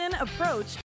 approach